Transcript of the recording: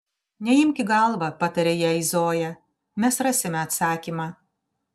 neimk į galvą patarė jai zoja mes rasime atsakymą